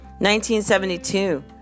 1972